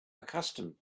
accustomed